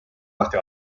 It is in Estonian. lahti